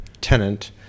tenant